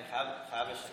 אני חייב לשתף